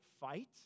fight